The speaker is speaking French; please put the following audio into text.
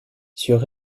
sur